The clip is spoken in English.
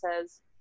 says